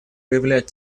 выявлять